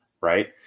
right